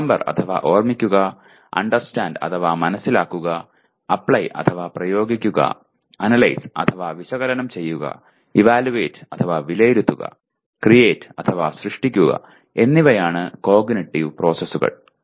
remember അഥവാ ഓർമ്മിക്കുക understand അഥവാ മനസിലാക്കുക അപ്ലൈ അഥവാ പ്രയോഗിക്കുക അനലൈസ് അഥവാ വിശകലനം ചെയ്യുക എവല്യൂവേറ്റ് അഥവാ വിലയിരുത്തുക ക്രീയേറ്റ് അഥവാ സൃഷ്ടിക്കുക എന്നിവയാണ് കോഗ്നിറ്റീവ് പ്രോസസ്സുകൾ